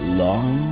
long